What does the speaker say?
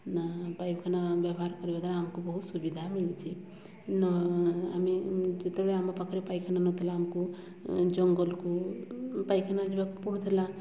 ନା ପାଇଖାନା ବ୍ୟବହାର କରିବା ଦ୍ୱାରା ଆମକୁ ବହୁତ ସୁବିଧା ମିଳୁଛି ନ ଆମେ ଯେତେବେଳେ ଆମ ପାଖରେ ପାଇଖାନା ନ ଥିଲା ଆମକୁ ଜଙ୍ଗଲକୁ ପାଇଖାନା ଯିବାକୁ ପଡ଼ୁଥିଲା